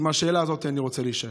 עם השאלה הזאת אני רוצה להישאר.